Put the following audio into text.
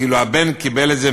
כאילו הבן קיבל את זה,